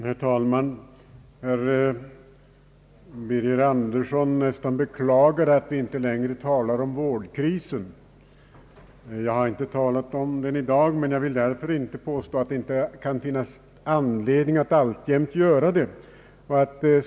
Herr talman! Herr Birger Andersson beklagade nästan att vi inte längre talar om vårdkrisen. Jag har inte talat om den i dag, men jag vill därför inte påstå att det inte kan finnas anledning att alltjämt göra det.